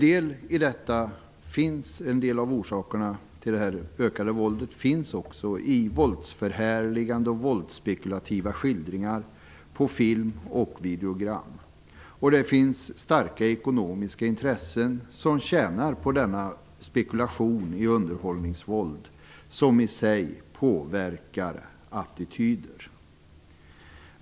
En del av orsakerna till det ökade våldet kan man också finna i våldsförhärligande och våldsspekulativa skildringar på film och videogram. Det finns starka ekonomiska intressen som tjänar på denna spekulation när det gäller underhållningsvåld. Det i sig påverkar attityder.